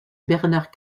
bernard